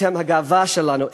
אתם הגאווה שלנו,